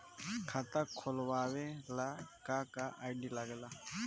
खाता खोलवावे ला का का आई.डी लागेला?